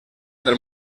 del